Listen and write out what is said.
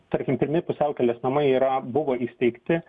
tarkim pirmi pusiaukelės namai yra buvo įsteigti